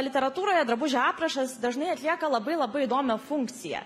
literatūroje drabužio aprašas dažnai atlieka labai labai įdomią funkciją